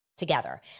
Together